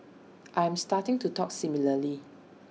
I am starting to talk similarly